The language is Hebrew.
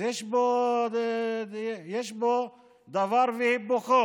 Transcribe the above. אז יש פה דבר והיפוכו: